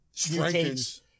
strengthens